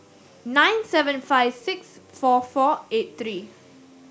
nine seven five six four four eight three